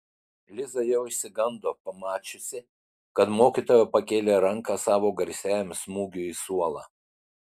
liza jau išsigando pamačiusi kad mokytoja pakėlė ranką savo garsiajam smūgiui į suolą